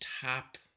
top